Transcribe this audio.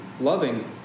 loving